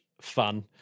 fun